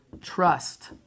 trust